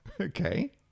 Okay